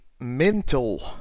mental